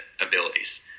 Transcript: abilities